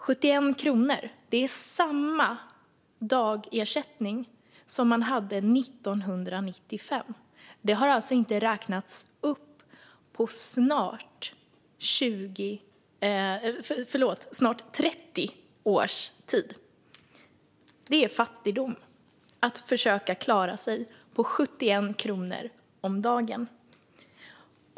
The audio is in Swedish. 71 kronor är samma dagersättning som man hade 1995. Den har alltså inte räknats upp på snart 30 års tid. Det är fattigdom att försöka klara sig på 71 kronor om dagen.